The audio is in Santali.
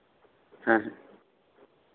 ᱦᱮᱸ ᱦᱮᱸ